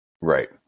Right